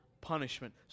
punishment